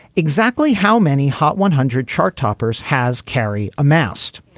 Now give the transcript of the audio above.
exactly how many hot one hundred chart toppers has kerry amassed?